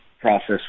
process